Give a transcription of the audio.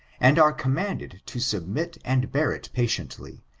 and are commanded to submit and bear it patiently,